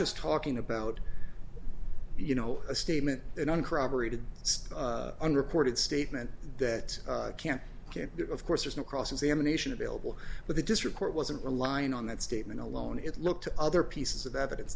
just talking about you know a statement in uncorroborated it's under ported statement that can't can't be of course there's no cross examination available but the district court wasn't relying on that statement alone it looked to other pieces of evidence